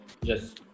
yes